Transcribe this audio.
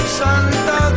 santa